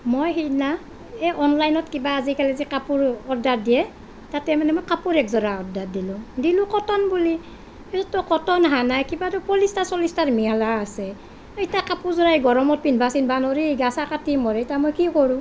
মই সেইদিনা এই অনলাইনত কিবা আজিকালি যে কাপোৰ অৰ্ডাৰ দিয়ে তাতে মানে মই কাপোৰ একযোৰা অৰ্ডাৰ দিলোঁ দিলোঁ কটন বুলি কিন্তুতো কটন আহা নাই কিবা তো পলিষ্টাৰ চলিষ্টাৰ মিহলোৱা আছে ইটা কাপোৰযোৰা এই গৰমত পিনভা চিনভা নোৱাৰি গা ছা কাটি মৰে ইটা মই কি কৰোঁ